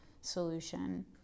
solution